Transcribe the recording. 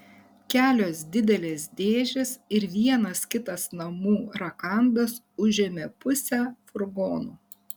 kelios didelės dėžės ir vienas kitas namų rakandas užėmė pusę furgono